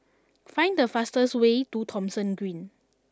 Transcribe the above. find the fastest way to Thomson Green